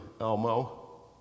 Elmo